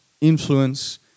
influence